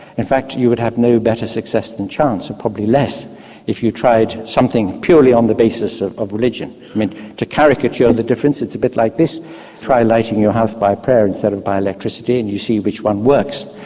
in fact you you would have no better success than chance and probably less if you tried something purely on the basis of of religion. i mean to caricature the difference it's a bit like this try lighting your house by prayer instead of by electricity and you see which one works.